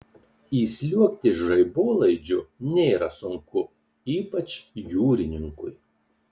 įsliuogti žaibolaidžiu nėra sunku ypač jūrininkui